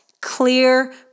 clear